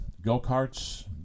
go-karts